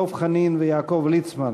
דב חנין ויעקב ליצמן.